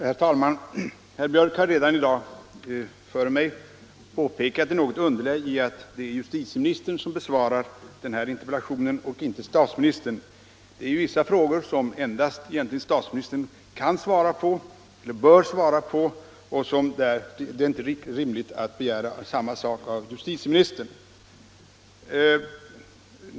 Herr talman! Herr Björck i Nässjö har redan, före mig, påpekat det något underliga i att justitieministern besvarar denna interpellation och inte statsministern. Det är vissa frågor som endast statsministern bör svara på, och det är inte rimligt att begära samma sak av justitieministern.